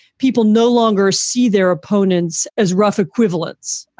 people no longer see their opponents as rough equivalents.